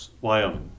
Wyoming